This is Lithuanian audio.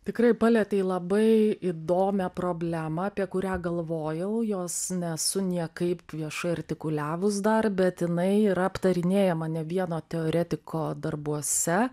tikrai palietei labai įdomią problemą apie kurią galvojau jos nesu niekaip viešai artikuliavus dar bet jinai yra aptarinėjama ne vieno teoretiko darbuose